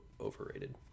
overrated